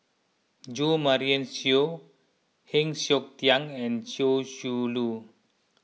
Jo Marion Seow Heng Siok Tian and Chia Shi Lu